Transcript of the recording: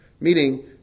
Meaning